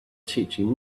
teaching